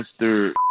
Mr